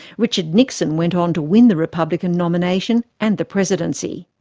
richard nixon went on to win the republican nomination and the presidency.